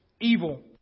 evil